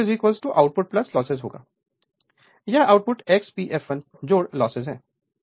तो input output loss होगा यह output X P fl loss है